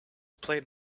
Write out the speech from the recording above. played